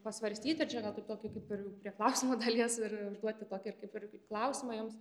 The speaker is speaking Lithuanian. pasvarstyti ir čia gal kaip tokį kaip ir prie klausimų dalies ir užduoti tokį ir kaip ir klausimą jums